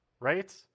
right